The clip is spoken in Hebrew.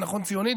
זה נכון ציונית,